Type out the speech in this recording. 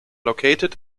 located